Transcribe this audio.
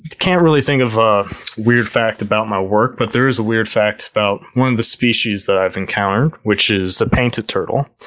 can't really think of a weird fact about my work, but there is a weird fact about one of the species i've encountered, which is the painted turtle.